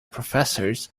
professors